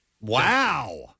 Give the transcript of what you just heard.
Wow